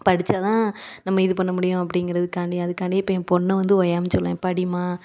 படிச்சால் தான் நம்ம இது பண்ண முடியும் அப்படிங்கிறதுக்காண்டி அதுக்காண்டியே இப்போ என் பொண்ணை வந்து ஓயாமல் சொல்லுவேன் படிமா